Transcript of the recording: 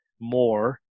more